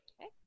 Okay